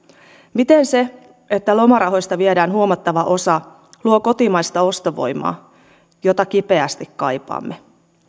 miten se että lomarahoista viedään huomattava osa luo kotimaista ostovoimaa jota kipeästi kaipaamme